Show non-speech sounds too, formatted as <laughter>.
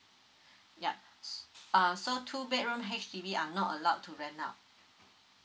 <breath> ya s~ uh so two bedroom H_D_B are not allowed to rent out